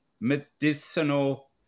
medicinal